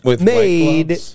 made